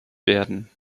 werden